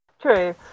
True